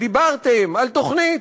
ודיברתם על תוכנית,